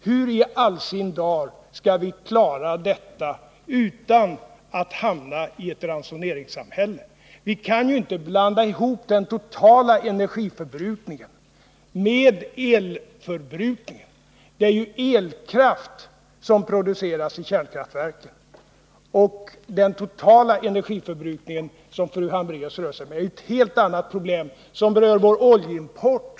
Hur i all sin dagar skall vi klara detta utan att hamna i ett ransoneringssamhälle? Vi skall inte blanda ihop den totala energiförbrukningen med elförbrukningen. Det är elkraft som produceras i kärnkraftverken, och den totala elförbrukningen, som fru Hambraeus talar om, är en helt annan fråga, som berör vår oljeimport.